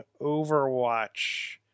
Overwatch